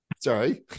Sorry